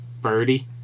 birdie